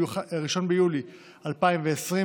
1 ביולי 2020,